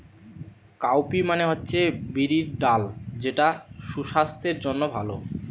cowpea মানে হচ্ছে বিরির ডাল যেটা সুসাস্থের জন্যে ভালো